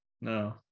No